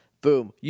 boom